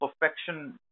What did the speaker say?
perfection